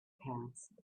passed